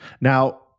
Now